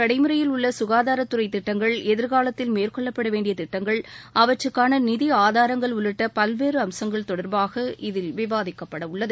நடைமுறையில் உள்ள சுகாதாரத்துறை திட்டங்கள் எதிர்காலத்தில் தற்போது மேற்கொள்ளப்படவேண்டிய திட்டங்கள் அவற்றுக்கான நிதி ஆதாரங்கள் உள்ளிட்ட பல்வேறு அம்சங்கள் தொடர்பாக இதில் விவாதிக்கப்படவுள்ளது